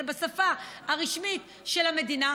אלא בשפה הרשמית של המדינה,